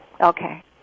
Okay